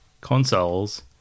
consoles